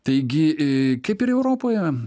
taigi i kaip ir europoje